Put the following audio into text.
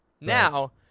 Now